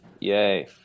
Yay